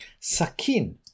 Sakin